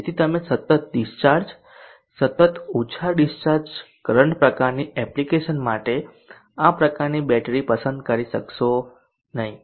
તેથી તમે સતત ડિસ્ચાર્જ સતત ઓછા ડિસ્ચાર્જ કરંટ પ્રકારની એપ્લિકેશન માટે આ પ્રકારની બેટરી પસંદ કરશો નહીં